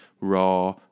raw